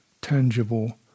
tangible